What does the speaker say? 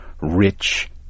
rich